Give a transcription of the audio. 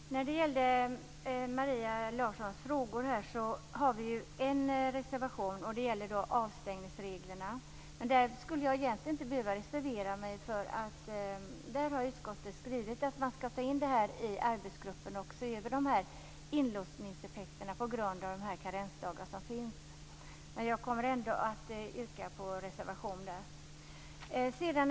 Herr talman! När det gäller Maria Larssons frågor kan jag säga att vi har en reservation, och den gäller avstängningsreglerna. Men jag skulle egentligen inte behöva reservera mig, eftersom utskottet har skrivit att arbetsgruppen skall se över de här inlåsningseffekterna på grund av de karensdagar som finns. Men jag kommer ändå att yrka bifall till den reservationen.